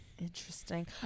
Interesting